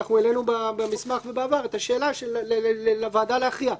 העלנו במסמך ובעבר את השאלה לוועדה להכריע,